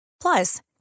Plus